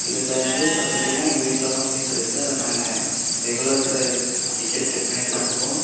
இதில் வந்து பார்த்துக்கிட்டீங்கன்னா எங்கள் வீட்டுலலாம் சிலிண்ட்ரு இருக்கு அதை நாங்கள் ரெகுலேட்ரு அடிக்கடி செக் பண்ணிகிட்டு தான் இருப்போம்